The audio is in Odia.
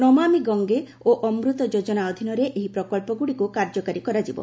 ନମାମି ଗଙ୍ଗେ ଓ ଅମୃତ ଯୋକ୍ତନା ଅଧୀନରେ ଏହି ପ୍ରକଳ୍ପଗୁଡ଼ିକୁ କାର୍ଯ୍ୟକାରି କରାଯିବ